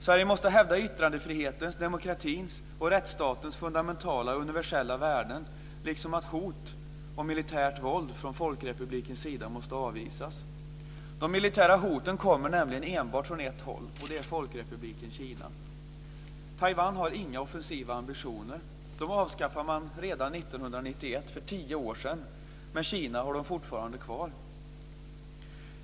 Sverige måste hävda yttrandefrihetens, demokratins och rättsstatens fundamentala och universella värden, liksom att hot om militärt våld från Folkrepublikens sida måste avvisas. De militära hoten kommer nämligen enbart från ett håll, och det är från Folkrepubliken Kina. Taiwan har inga offensiva ambitioner. Dem avskaffade man redan 1991, för tio år sedan, men Kina har dem fortfarande kvar.